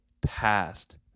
past